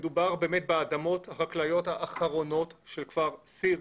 מדובר באמת באדמות החקלאיות האחרונות של כפר סירקין.